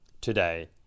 today